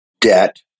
debt